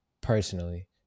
personally